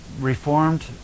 Reformed